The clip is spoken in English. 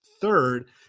third